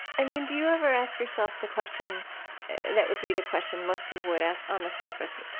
i mean, do you ever ask yourself the question that would be the question most people would ask on the surface